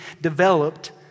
developed